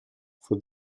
for